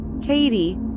Katie